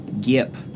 Gip